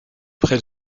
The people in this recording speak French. près